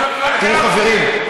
תראו חברים,